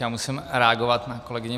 Já musím reagovat na kolegyni